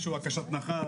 על הכשת נחש,